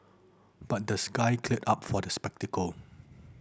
but the sky cleared up for the spectacle